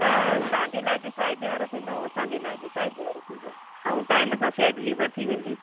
त तव्हांजे लाइ बि फ़ाइदे वारो थींदो ऐं असांजे लाइ बि फ़ाइदे वारो थींदो ऐं टाइम सां शइ डिलीवर थी वेंदी